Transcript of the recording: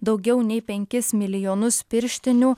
daugiau nei penkis milijonus pirštinių